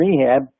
rehab